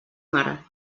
mare